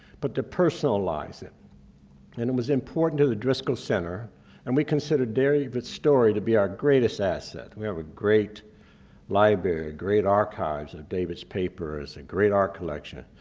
but to personalize it and it was important to the driskell center and we consider david's story to be our greatest asset. we have a great library, a great archives of david's papers and great art collection.